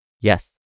yes